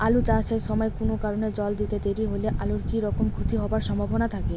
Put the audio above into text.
আলু চাষ এর সময় কুনো কারণে জল দিতে দেরি হইলে আলুর কি রকম ক্ষতি হবার সম্ভবনা থাকে?